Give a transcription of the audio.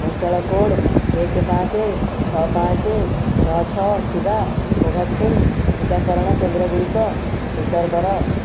ଅଞ୍ଚଳ କୋଡ଼୍ ଏକେ ପାଞ୍ଚେ ଛଅ ପାଞ୍ଚେ ନଅ ଛଅ ଥିବା କୋଭ୍ୟାକ୍ସିନ୍ ଟିକା ଟିକାକରଣ କେନ୍ଦ୍ରଗୁଡ଼ିକ ଫିଲ୍ଟର କର